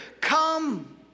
Come